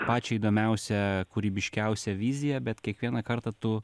pačią įdomiausią kūrybiškiausią viziją bet kiekvieną kartą tu